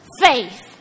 faith